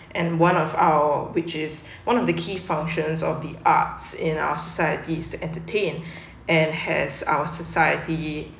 point and one of our which is one of the key functions of the arts in our societies to entertain and has our society